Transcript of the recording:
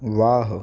वाह